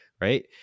right